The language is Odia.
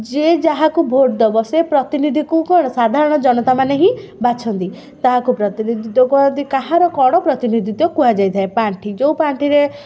ଯିଏ ଯାହାକୁ ଭୋଟ ଦେବ ସେ ପ୍ରତିନିଧିକୁ କ'ଣ ସାଧାରଣ ଜନତାମାନେ ହିଁ ବାଛନ୍ତି ତାହାକୁ ପ୍ରତିନିଧିତ୍ୱ କୁହନ୍ତି କାହାର କ'ଣ ପ୍ରତିନିଧିତ୍ୱ କୁହାଯାଇଥାଏ ପାଣ୍ଠି ଯେଉଁ ପାଣ୍ଠିରେ